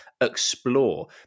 explore